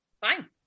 Fine